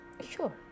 Sure